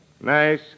Nice